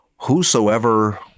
Whosoever